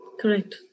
correct